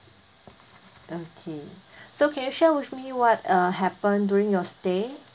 okay so can you share with me what uh happen during your stay